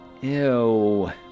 ew